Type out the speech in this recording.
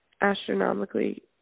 astronomically